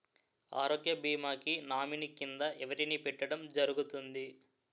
ఆరోగ్య భీమా కి నామినీ కిందా ఎవరిని పెట్టడం జరుగతుంది?